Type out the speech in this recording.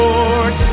Lord